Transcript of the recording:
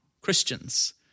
Christians